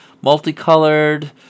multicolored